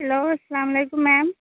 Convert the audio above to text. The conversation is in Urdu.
ہیلو السّلام علیکم میم